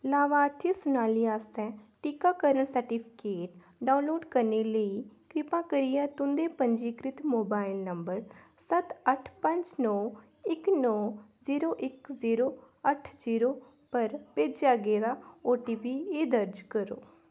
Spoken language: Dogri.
लाभार्थी सुनाली आस्तै टीकाकरण सर्टिफिकेट डाउनलोड करने लेई कृपा करियै तुं'दे पंजीकृत मोबाइल नंबर सत्त अट्ठ पंज नौ इक नौ जीरो इक जीरो अट्ठ जीरो पर भेजेआ गेदा ओटीपी एह् दर्ज करो